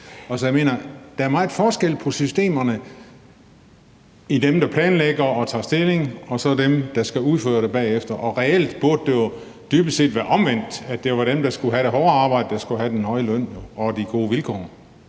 Altså, der er meget forskel på systemerne mellem dem, der planlægger og tager stilling, og så dem, der skal udføre det bagefter, og reelt burde det jo dybest set være omvendt, altså at det var dem, der havde det hårde arbejde, der skulle have den høje løn og de gode vilkår.